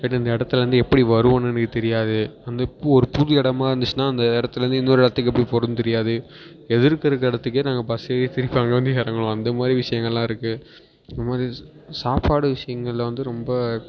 இல்லாட்டி இந்த இடத்துலந்து எப்படி வருவோன்னு எனக்கு தெரியாது வந்து ஒரு புது இடமா இருந்துச்சுன்னா அந்த இடத்துலந்து இன்னோரு இடத்துக்கு எப்படி போறதுன்னு தெரியாது எதிர்க்க இருக்கற இடத்துக்கே நாங்கள் பஸ் ஏறி திருப்பி அங்கே வந்து இறங்குவோம் அந்தமாதிரி விஷயங்கள்லாம் இருக்குது அந்தமாதிரி சாப்பாடு விஷயங்களில் வந்து ரொம்ப